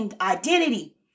identity